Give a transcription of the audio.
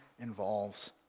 involves